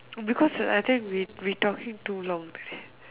because I think we talking too long already